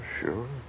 sure